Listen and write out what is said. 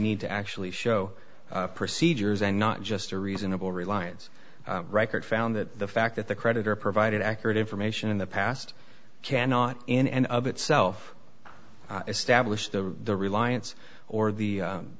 need to actually show procedures and not just a reasonable reliance record found that the fact that the creditor provided accurate information in the past cannot in and of itself establish the reliance or the